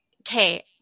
okay